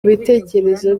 ibitekerezo